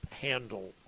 handle